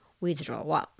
withdrawal